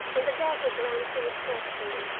and the dagger glanced on is breastbone,